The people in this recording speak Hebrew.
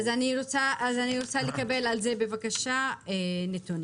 אז אני רוצה לקבל על זה בבקשה נתונים.